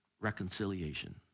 Reconciliation